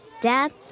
Dad